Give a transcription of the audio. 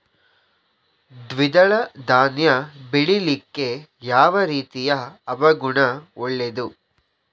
ದ್ವಿದಳ ಧಾನ್ಯ ಬೆಳೀಲಿಕ್ಕೆ ಯಾವ ರೀತಿಯ ಹವಾಗುಣ ಒಳ್ಳೆದು?